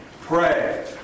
Pray